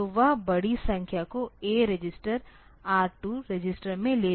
तो वह बड़ी संख्या को A रजिस्टर R 2 रजिस्टर में ले जाता है